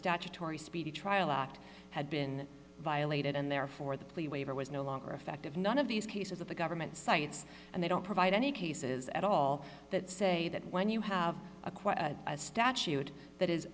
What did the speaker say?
statutory speedy trial act had been violated and therefore the plea waiver was no longer effective none of these cases that the government sites and they don't provide any cases at all that say that when you have a quite a statute that is